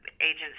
agents